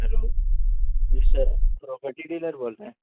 hello yes sir property dealer بول رہے ہیں